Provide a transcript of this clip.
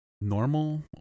normal